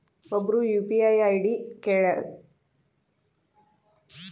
ಒಬ್ರು UPI ID ಕಳ್ಸ್ಯಾರ ರೊಕ್ಕಾ ಜಮಾ ಮಾಡ್ಬೇಕ್ರಿ ಅದ್ರದು ಖಾತ್ರಿ ಹೆಂಗ್ರಿ ಸಾರ್?